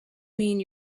mean